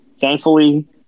Thankfully